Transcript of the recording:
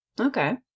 Okay